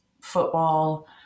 football